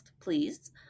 please